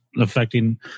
affecting